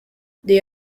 they